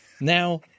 Now